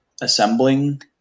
assembling